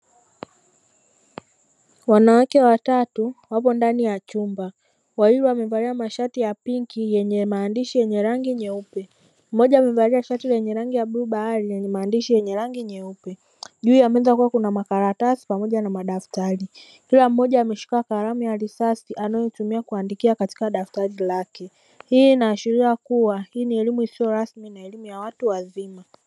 Wanawake watatu wapo ndani ya chumba wawili wamevalia mashati ya pinki yenye maandishi ya rangi nyeupe mmoja amevalisha shati la bluu bahari lenye maandishi yenye rangi nyeupe juu ya meza kukiwa kuna makaratasi pamoja na madaftari, kila mmoja ameshika kalamu ya risasi anayoitumia kuandikia katika daftari lake, hii ina ashiria kuwa hii ni elimu isiyo rasmi na elimu ya watu wazima.